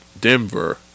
Denver